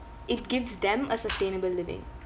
it gives them a sustainable living